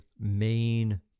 main